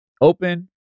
open